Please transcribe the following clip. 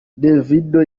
davido